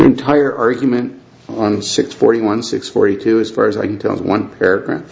entire argument on six forty one six forty two as far as i can tell one par